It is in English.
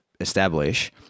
establish-